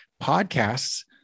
Podcasts